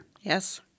Yes